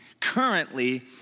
currently